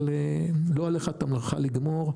אבל לא עליך המלאכה לגמור.